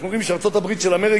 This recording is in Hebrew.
אנחנו יודעים שארצות-הברית של אמריקה,